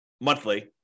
monthly